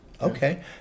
Okay